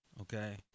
Okay